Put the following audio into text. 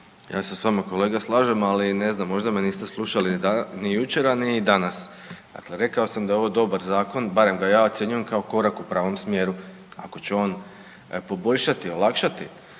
Ja se s vama kolega slažem, ali ne znam možda me niste slušali ni jučer, a ni danas. Dakle, rekao sam da je ovo dobar zakon, barem ga ja ocjenjujem kao korak u pravom smjeru ako će on poboljšati, olakšati